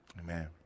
Amen